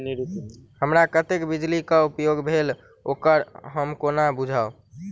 हमरा कत्तेक बिजली कऽ उपयोग भेल ओकर हम कोना बुझबै?